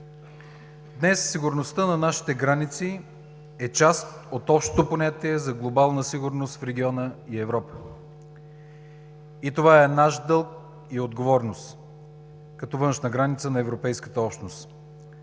Днес сигурността на нашите граници е част от общото понятие за глобална сигурност в региона и Европа, и това е наш дълг и отговорност като външна граница на Европейската общност.